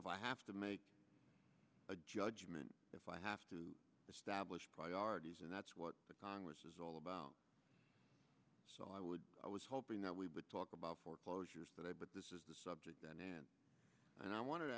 if i have to make a judgment if i have to establish priorities and that's what the congress is all about so i would i was hoping that we would talk about foreclosures but i but this is the subject and i want to